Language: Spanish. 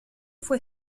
fue